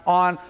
on